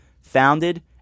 founded